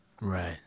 Right